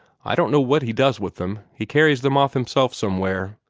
i don't know what he does with them. he carries them off himself somewhere.